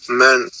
man